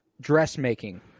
dressmaking